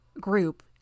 group